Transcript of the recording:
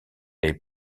les